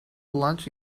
lunch